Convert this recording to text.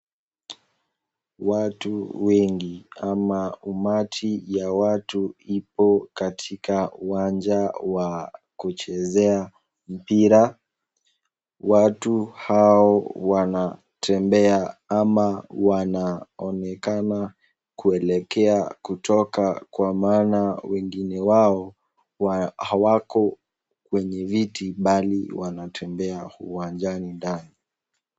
Watu wengi ama umati ya watu ipo katika uwanja wa kuchezea mpira. Watu hao wanatembea ama wanaonekana kuelekea kutoka kwa maana wengine wao hawako kwenye viti bali wanatembea uwajani ndani.